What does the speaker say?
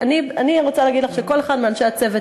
אני רוצה להגיד לך שכל אחד מאנשי הצוות